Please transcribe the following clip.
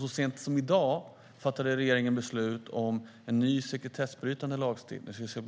Så sent som i dag fattade regeringen beslut om en ny, sekretessbrytande lagstiftning, så att